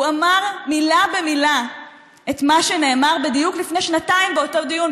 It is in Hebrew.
הוא אמר מילה במילה את מה שנאמר בדיוק לפני שנתיים באותו דיון.